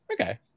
okay